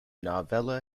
novella